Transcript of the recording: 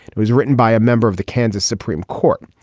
it was written by a member of the kansas supreme court.